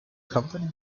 company